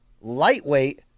lightweight